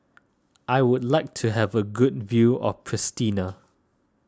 I would like to have a good view of Pristina